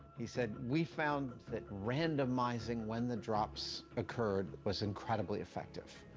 he said, we found that randomizing when the drops occurred was incredibly effective.